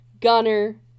Gunner